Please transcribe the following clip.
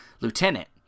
lieutenant